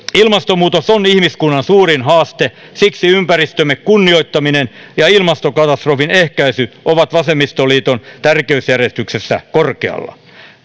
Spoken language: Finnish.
ilmastonmuutos on ihmiskunnan suurin haaste siksi ympäristömme kunnioittaminen ja ilmastokatastrofin ehkäisy ovat vasemmistoliiton tärkeysjärjestyksessä korkealla